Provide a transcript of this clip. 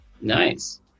Nice